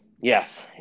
yes